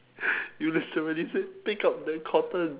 you literally said pick up the cotton